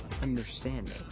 understanding